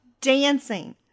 dancing